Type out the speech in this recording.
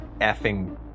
effing